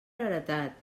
heretat